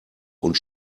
und